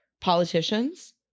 politicians